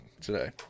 today